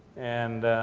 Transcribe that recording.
and